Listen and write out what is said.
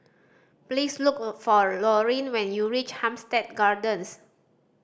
please look for Lorin when you reach Hampstead Gardens